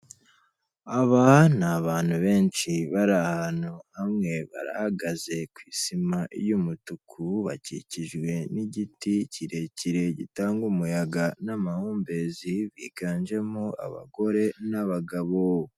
Aba ni abantu benshi bari ahantu hamwe, barahagaze ku isima y'umutuku, bakikijwe n'igiti kirekire gitanga umuyaga n'amahumbezi, biganjemo abagore n'abagabo.